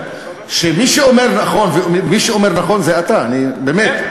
סובר, שמי שאומר "נכון" זה אתה, באמת.